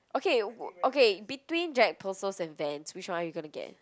okay wh~ okay between Jack-Purcells and Vans which one are you gonna get